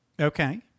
Okay